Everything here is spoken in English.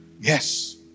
yes